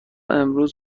امروز